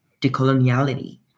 decoloniality